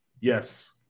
Yes